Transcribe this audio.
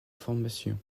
formation